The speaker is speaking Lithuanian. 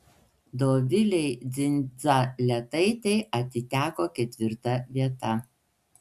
dovilei dzindzaletaitei atiteko ketvirta vieta